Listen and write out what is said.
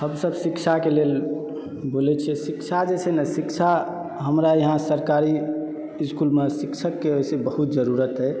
हमसभ शिक्षाके लेल बोलै छियै शिक्षा जे छै ने शिक्षा हमरा इहाँ सरकारी इसकुलमे शिक्षकके वैसे बहुत जरूरत अइ